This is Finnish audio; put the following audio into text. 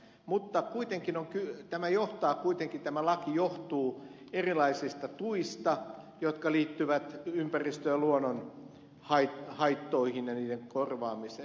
mutta kuitenkin on kyllä tämä johtaa kuitenkin tämä laki johtuu kuitenkin erilaisista tuista jotka liittyvät ympäristö ja luonnonhaittoihin ja niiden korvaamiseen